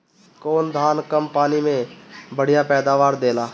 कौन धान कम पानी में बढ़या पैदावार देला?